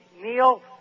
Neil